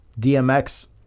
DMX